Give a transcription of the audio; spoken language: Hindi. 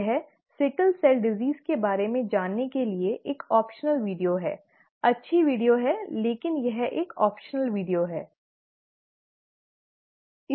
यह सिकल सेल रोग के बारे में जानने के लिए एक वैकल्पिक वीडियो है अच्छी वीडियो है लेकिन यह एक वैकल्पिक वीडियो है